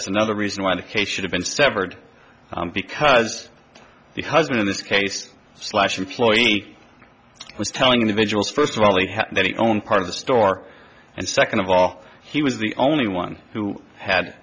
is another reason why the case should have been severed because the husband in this case slash employee i was telling individuals first of all that he own part of the store and second of all he was the only one who had